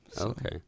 Okay